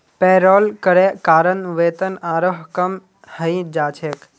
payroll करे कारण वेतन आरोह कम हइ जा छेक